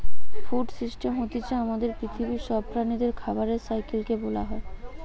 food system হতিছে আমাদের পৃথিবীর সব প্রাণীদের খাবারের সাইকেল কে বোলা হয়